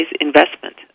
investment